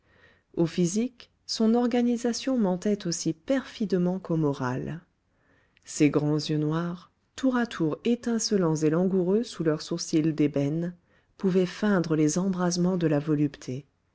au physique son organisation mentait aussi perfidement qu'au moral ses grands yeux noirs tour à tour étincelants et langoureux sous leurs sourcils d'ébène pouvaient feindre les embrasements de la volupté